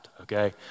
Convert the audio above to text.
okay